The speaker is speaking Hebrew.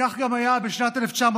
כך היה גם בשנת 1991,